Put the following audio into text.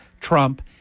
Trump